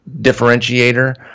differentiator